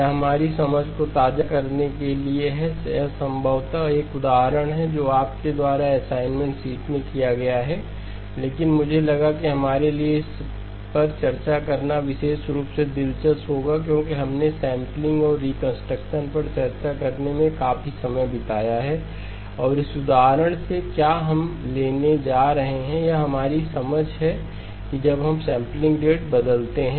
यह हमारी समझ को ताज़ा करने के लिए है यह संभवतः एक उदाहरण है जो आपके द्वारा असाइनमेंट शीट में किया गया है लेकिन मुझे लगा कि हमारे लिए इस पर चर्चा करना विशेष रूप से दिलचस्प होगा क्योंकि हमने सैंपलिंगऔर रिकंस्ट्रक्शन पर चर्चा करने में काफी समय बिताया है और इस उदाहरण से हम क्या लेने जा रहे हैं यह हमारी समझ है कि जब हम सैंपलिंग रेट बदलते हैं